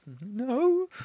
No